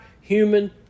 human